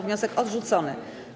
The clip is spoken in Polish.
Wniosek odrzucony.